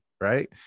right